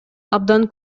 абдан